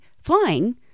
flying